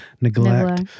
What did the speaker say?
neglect